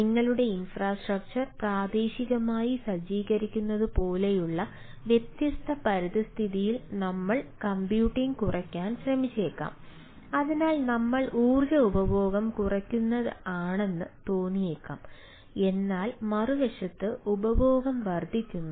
നിങ്ങളുടെ ഇൻഫ്രാസ്ട്രക്ചർ കുറയ്ക്കാൻ ശ്രമിച്ചേക്കാം അതിനാൽ നമ്മൾ ഊർജ്ജ ഉപഭോഗം കുറയ്ക്കുകയാണെന്ന് തോന്നിയേക്കാം എന്നാൽ മറുവശത്ത് ഉപഭോഗം വർദ്ധിക്കുന്നു